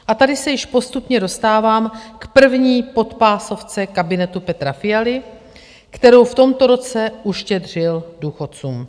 A tady se již postupně dostávám k první podpásovce kabinetu Petra Fialy, kterou v tomto roce uštědřil důchodcům.